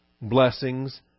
Blessings